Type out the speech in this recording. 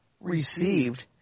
received